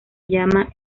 llama